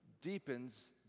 deepens